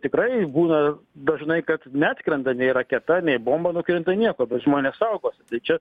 tikrai būna dažnai kad neatskrenda nei raketa nei bomba nukrinta nieko bet žmonės saugosi čia